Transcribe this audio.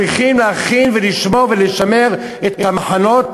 צריכים להכין ולשמור ולשמר את המחנות